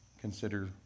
consider